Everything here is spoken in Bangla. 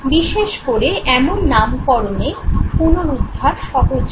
বিশেষ করে এমন নামকরণে পুনরুদ্ধার সহজ হয়